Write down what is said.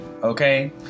Okay